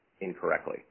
incorrectly